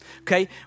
Okay